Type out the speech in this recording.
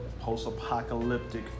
post-apocalyptic